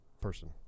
person